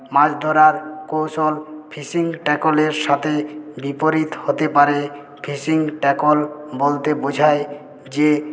মাছ ধরার কৌশল ফিশিং ট্যাকলের সাথে বিপরীত হতে পারে ফিশিং ট্যাকল বলতে বোঝায় যে